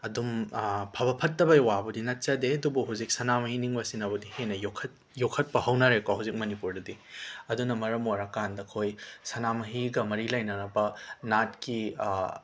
ꯑꯗꯨꯝ ꯐꯕ ꯐꯠꯇꯕꯒꯤ ꯋꯥꯕꯨꯗꯤ ꯅꯠꯆꯗꯦ ꯑꯗꯨꯕꯨ ꯍꯧꯖꯤꯛ ꯁꯅꯥꯃꯍꯤ ꯅꯤꯡꯕꯁꯤꯅꯕꯨꯗꯤ ꯍꯦꯟꯅ ꯌꯣꯛꯈꯠ ꯌꯣꯛꯈꯠꯄ ꯍꯧꯅꯔꯦꯀꯣ ꯍꯧꯖꯤꯛ ꯃꯅꯤꯄꯨꯔꯗꯗꯤ ꯑꯗꯨꯅ ꯃꯔꯝ ꯑꯣꯏꯔꯀꯥꯟꯗ ꯑꯩꯈꯣꯏ ꯁꯅꯥꯃꯍꯤꯒ ꯃꯔꯤ ꯂꯩꯅꯔꯕ ꯅꯥꯠꯀꯤ